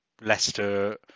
Leicester